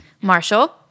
Marshall